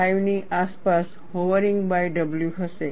5 ની આસપાસ hovering by w હશે